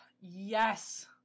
Yes